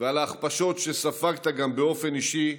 ועל ההכפשות שספגת גם באופן אישי,